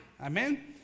Amen